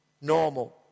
normal